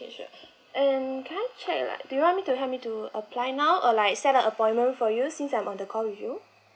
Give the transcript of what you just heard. okay sure and can I check right do you want me to help you to apply now or like set a appointment for you since I'm on the call with you